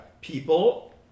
People